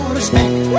respect